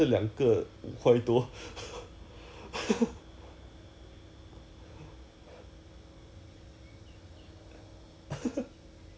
what the hell H_L milk cannot make it lah !walao! eh the taste really is so bad know it don't even taste like milk at all lah the hell sia